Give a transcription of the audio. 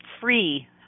free